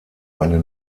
eine